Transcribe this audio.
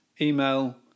email